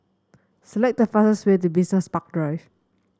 select the fastest way to Business Park Drive